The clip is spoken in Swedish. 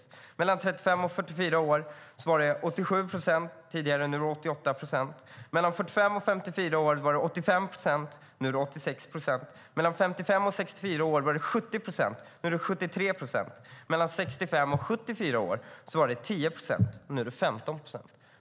För dem mellan 35 och 44 år var den 87 procent tidigare. Nu är den 88 procent. För dem mellan 45 och 54 år var den 85 procent. Nu är den 86 procent. För dem mellan 55 och 64 år var den 70 procent. Nu är den 73 procent. För dem mellan 65 och 74 år var den 10 procent. Nu är den 15 procent.